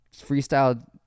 freestyle